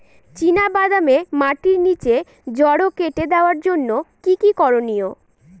চিনা বাদামে মাটির নিচে জড় কেটে দেওয়ার জন্য কি কী করনীয়?